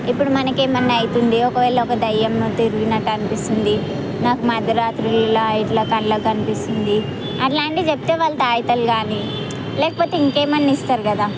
ఇప్పుడు మనకి ఏమైనా అయితుంది ఒక వేళ ఒక దయ్యం తిరిగినట్టు అనిపిస్తుంది నాకు మధ్య రాత్రుల ఇట్లా కళ్ళకు కనిపిస్తుంది అలాంటివి చెప్తే వాళ్ళు తాయుత్తులు కానీ లేకపోతే ఇంకా ఏమన్నా ఇస్తారు కదా